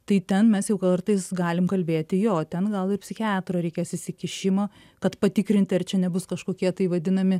tai ten mes jau kartais galim kalbėti jo ten gal ir psichiatro reikės įsikišimo kad patikrinti ar čia nebus kažkokie tai vadinami